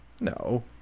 no